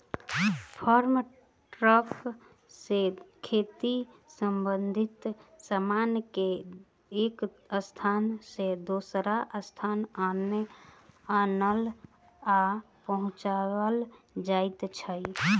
farm truck सॅ खेती संबंधित सामान के एक स्थान सॅ दोसर स्थान आनल आ पहुँचाओल जाइत अछि